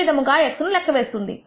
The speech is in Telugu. ఈ విధముగా X ను లెక్క వేస్తుంది